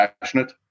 passionate